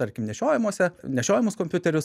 tarkim nešiojamuose nešiojamus kompiuterius